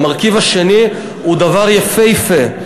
המרכיב השני הוא דבר יפהפה.